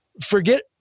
Forget